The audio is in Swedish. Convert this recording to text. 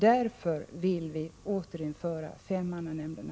Därför vill vi återinföra femmannanämnderna.